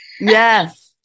Yes